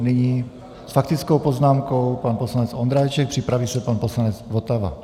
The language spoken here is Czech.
Nyní s faktickou poznámkou pan poslanec Ondráček, připraví se pan poslanec Votava.